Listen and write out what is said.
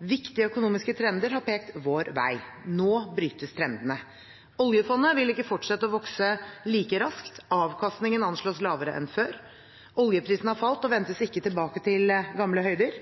Viktige økonomiske trender har pekt vår vei. Nå brytes trendene: Oljefondet vil ikke fortsette å vokse like raskt. Avkastningen anslås lavere enn før. Oljeprisene har falt og ventes ikke tilbake til gamle høyder.